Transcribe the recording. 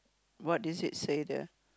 what is it say there